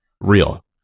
real